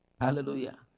Hallelujah